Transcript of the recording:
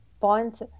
points